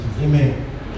Amen